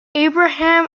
abraham